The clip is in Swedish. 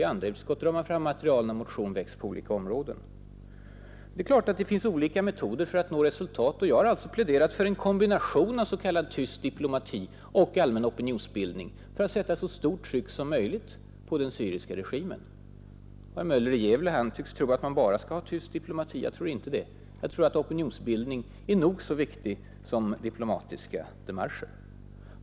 I andra utskott tar man ofta fram material när en motion väcks på olika områden. Det är klart att det finns olika metoder för att nå resultat. Jag har ofta pläderat för en kombination av s.k. tyst diplomati och allmän opinionsbildning för ått sätta så stort tryck som möjligt på den syriska regimen. Herr Möller i Gävle tycks mena att man bara skall ha tyst diplomati. Jag tror inte det; jag tror att opinionsbildning är nog så viktig som diplomatiska demarcher.